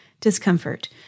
discomfort